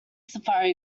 safari